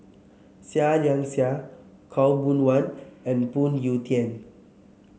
Seah Liang Seah Khaw Boon Wan and Phoon Yew Tien